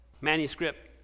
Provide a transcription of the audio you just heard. Manuscript